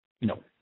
No